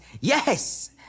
yes